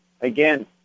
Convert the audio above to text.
again